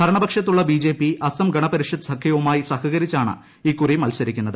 ഭരണപക്ഷത്തുള്ള BJP Assam Gana Parishad സഖ്യവുമായി സഹകരിച്ചാണ് ഇക്കുറി മത്സരിക്കുന്നത്